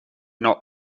not